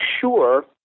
sure